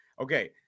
Okay